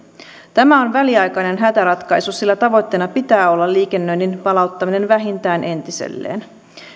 tämä on väliaikainen hätäratkaisu sillä tavoitteena pitää olla liikennöinnin palauttaminen vähintään entiselleen